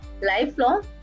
Lifelong